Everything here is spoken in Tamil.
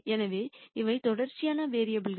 எனவே இவை தொடர்ச்சியான வேரியபுல் கள்